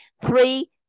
three